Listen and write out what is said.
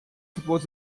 supports